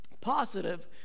positive